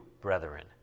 brethren